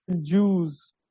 Jews